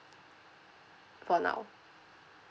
for now